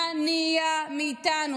מה נהיה מאיתנו,